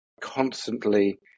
constantly